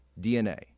DNA